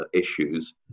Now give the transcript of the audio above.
issues